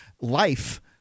life